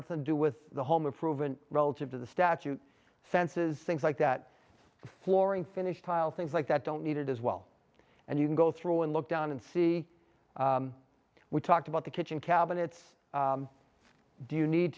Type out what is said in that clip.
to do with the home improvement relative to the statute senses things like that it's flooring finished tile things like that don't need it as well and you can go through and look down and see we talked about the kitchen cabinets do you need